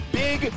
big